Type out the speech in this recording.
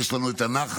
יש לנו את הנחת,